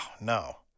no